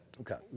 Okay